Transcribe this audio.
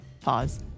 Pause